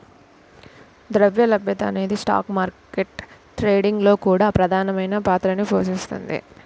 ద్రవ్య లభ్యత అనేది స్టాక్ మార్కెట్ ట్రేడింగ్ లో కూడా ప్రధానమైన పాత్రని పోషిస్తుంది